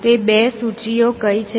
તે બે સૂચિઓ કઈ છે